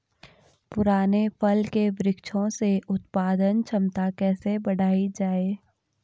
पुराने फल के वृक्षों से उत्पादन क्षमता कैसे बढ़ायी जाए?